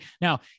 Now